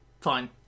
fine